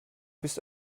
bist